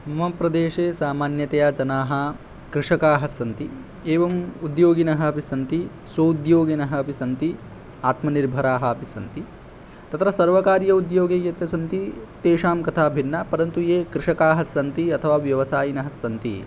मम प्रदेशे सामान्यतया जनाः कृषकाः स्सन्ति एवम् उद्योगिनः अपि सन्ति स्व उद्योगिनः अपि सन्ति आत्मनिर्भराः अपि सन्ति तत्र सर्वकारीय उद्योगे ये च सन्ति तेषां कथा भिन्ना परन्तु ये कृषकाः स्सन्ति अथवा व्यवसायिनः सन्ति